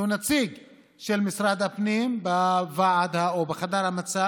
שהוא נציג של משרד הפנים בחדר המצב